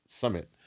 Summit